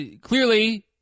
clearly